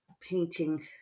painting